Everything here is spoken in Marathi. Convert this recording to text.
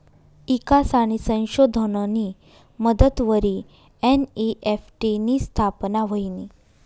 ईकास आणि संशोधननी मदतवरी एन.ई.एफ.टी नी स्थापना व्हयनी